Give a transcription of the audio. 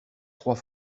trois